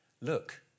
look